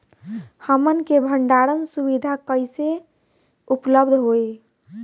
हमन के भंडारण सुविधा कइसे उपलब्ध होई?